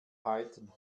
python